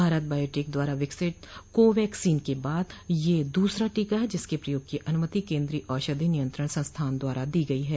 भारत बायाटेक द्वारा विकसित टोके को वैक्सीन के बाद ये दूसरा टीका है जिसके प्रयोग की अनुमति केन्द्रीय औषधि नियंत्रण संस्थान द्वारा दी गई है